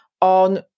on